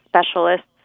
specialists